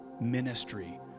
ministry